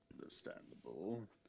Understandable